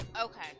Okay